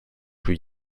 plus